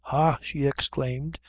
ha! she exclaimed,